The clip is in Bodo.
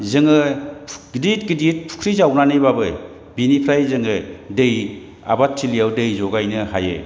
जों गिदिर गिदिर फुख्रि जावनानैबाबो बिनिफ्राय जों दै आबादथिलियाव दै जगायनो हायो